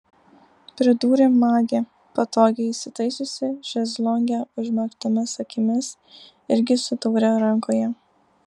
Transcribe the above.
pridūrė magė patogiai įsitaisiusi šezlonge užmerktomis akimis irgi su taure rankoje